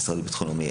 המשרד לביטחון לאומי,